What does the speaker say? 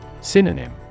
Synonym